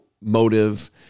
motive